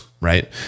right